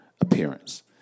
appearance